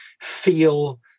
feel